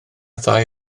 ddau